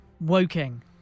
Woking